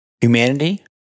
Humanity